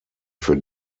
für